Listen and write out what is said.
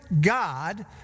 God